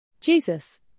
Jesus